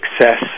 success